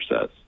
says